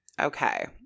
Okay